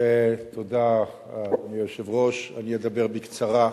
אדוני היושב-ראש, תודה, אני אדבר בקצרה.